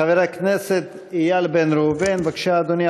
חבר הכנסת איל בן ראובן, בבקשה, אדוני.